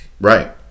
Right